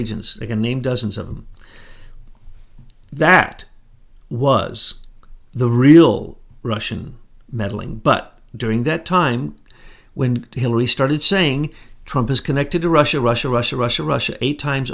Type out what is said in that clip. agents you can name dozens of them that was the real russian meddling but during that time when hillary started saying trump is connected to russia russia russia russia russia eight times